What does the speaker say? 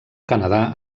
canadà